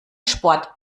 sport